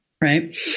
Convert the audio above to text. Right